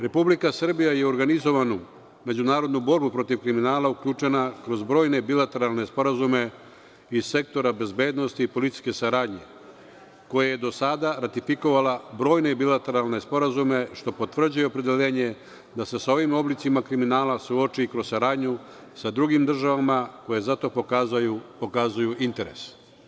Republika Srbija je organizovanu međunarodnu borbu protiv kriminala uključena kroz brojne bilateralne sporazume iz sektora bezbednosti i policijske saradnje koje je do sada ratifikovala brojne bilateralne sporazume što potvrđuje opredeljenje da se sa ovim oblicima kriminala se uoči kroz saradnju sa drugim državama koje za to pokazuju interes.